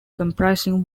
comprising